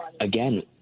again